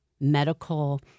medical